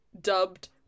dubbed